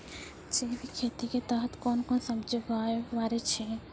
जैविक खेती के तहत कोंन कोंन सब्जी अच्छा उगावय पारे छिय?